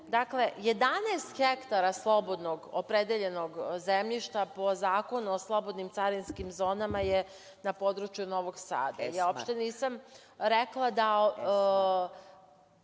Dakle, 11 hektara slobodnog, opredeljenog zemljišta po Zakonu o slobodnim carinskim zonama je na području Novog Sada. Uopšte nisam rekla da